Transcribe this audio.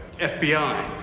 fbi